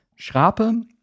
Schrape